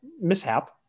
mishap